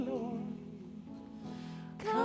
Lord